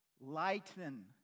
lighten